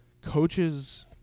coaches